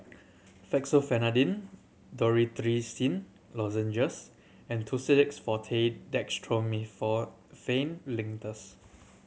Fexofenadine Dorithricin Lozenges and Tussidex Forte Dextromethorphan Linctus